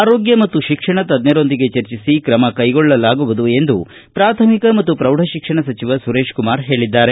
ಆರೋಗ್ಯ ಹಾಗೂ ಶಿಕ್ಷಣ ತಜ್ಞರೊಂದಿಗೆ ಚರ್ಚಿಸಿ ಕ್ರಮ ಕ್ಲೆಗೊಳ್ಳಲಾಗುವುದು ಎಂದು ಪ್ರಾಥಮಿಕ ಮತ್ತು ಪ್ರೌಢಶಿಕ್ಷಣ ಸಚಿವ ಸುರೇಶ್ ಕುಮಾರ್ ಹೇಳಿದ್ದಾರೆ